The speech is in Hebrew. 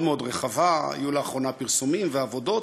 מאוד רחבה: היו לאחרונה פרסומים ועבודות,